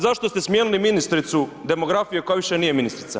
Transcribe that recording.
Zašto ste smijenili ministricu demografije koja više nije ministrica?